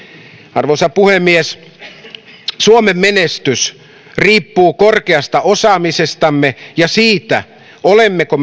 arvoisa puhemies suomen menestys riippuu korkeasta osaamisestamme ja siitä olemmeko